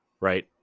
right